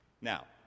Now